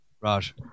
Raj